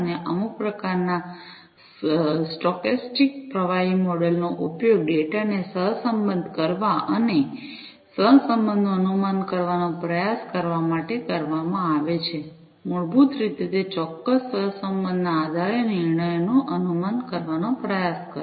અને અમુક પ્રકારના સ્ટોકેસ્ટિક પ્રવાહી મોડેલનો ઉપયોગ ડેટાને સહસંબંધ કરવા અને સહસંબંધનું અનુમાન કરવાનો પ્રયાસ કરવા માટે કરવામાં આવે છે મૂળભૂત રીતે તે ચોક્કસ સહસંબંધના આધારે નિર્ણયોનું અનુમાન કરવાનો પ્રયાસ કરો